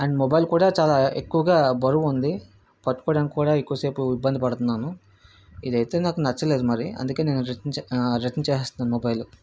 and mobile కూడా చాలా ఎక్కువగా బరువు ఉంది పట్టుకోవడానికి కూడా ఎక్కువసేపు ఇబ్బందిపడుతున్నాను ఇదైతే నాకు నచ్చలేదు మరి అందుకే నేను రిటర్న్ చే రిటర్న్ చేస్తున్నాను మొబైలు